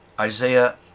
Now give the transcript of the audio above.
Isaiah